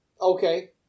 okay